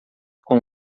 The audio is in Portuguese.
com